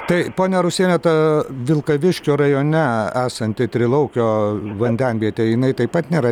tai ponia rusiene ta vilkaviškio rajone esanti trilaukio vandenvietė jinai taip pat nėra